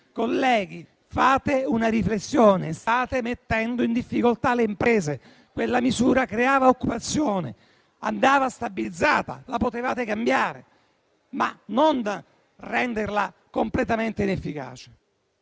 Colleghi, fate una riflessione: state mettendo in difficoltà le imprese, quella misura creava occupazione, dunque andava stabilizzata, la potevate cambiare, ma non renderla completamente inefficace.